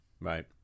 Right